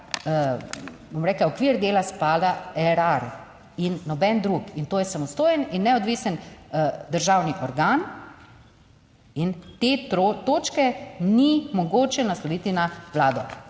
okvir dela spada Erar in noben drug in to je samostojen in neodvisen državni organ in te točke ni mogoče nasloviti na Vlado.